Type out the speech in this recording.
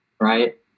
right